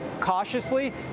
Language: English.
cautiously